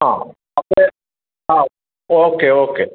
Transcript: ആ അപ്പോൾ ആ ഓക്കെ ഓക്കെ